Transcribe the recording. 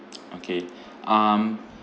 okay um